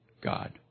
God